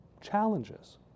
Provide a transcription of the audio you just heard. challenges